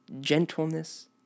gentleness